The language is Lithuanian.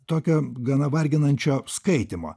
tokio gana varginančio skaitymo